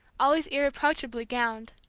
always irreproachably gowned.